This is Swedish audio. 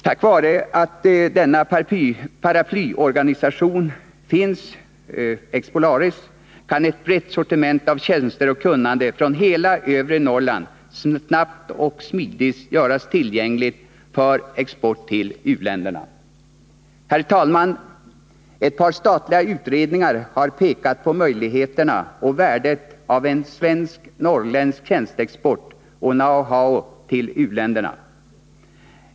Tack vare den paraplyorganisation som Expolaris utgör kan ett brett sortiment av tjänster och kunnande från hela övre Norrland snabbt och smidigt göras tillgängligt för export till u-länderna. Herr talman! Ett par statliga utredningar har pekat på möjligheterna och värdet av en svensk — norrländsk — tjänsteexport och export av know-how till u-länderna.